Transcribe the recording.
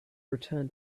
return